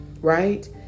right